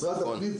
משרד הפנים,